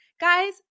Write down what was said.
Guys